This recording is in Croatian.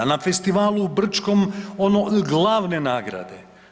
Na festivali u Brčkom ono glavne nagrade.